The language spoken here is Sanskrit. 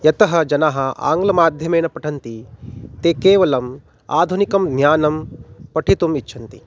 यतः जनाः आङ्ग्लमाध्यमेन पठन्ति ते केवलम् आधुनिकं ज्ञानं पठितुम् इच्छन्ति